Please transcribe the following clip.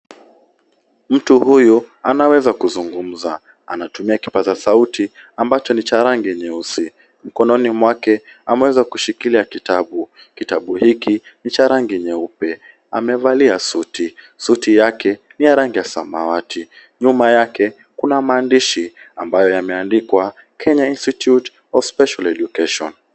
Mtu huyu anaweza kuzungumza. Anatumia kipaza sauti ambacho ni cha rangi nyeusi. Mkononi mwake ameweza kushikilia kitabu. Kitabu hiki ni cha rangi nyeupe. Amevalia suti. Suti yake ni ya rangi ya samawati. Nyuma yake kuna maandishi ambayo yameandikwa Kenya Institute of Special Education .